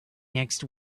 next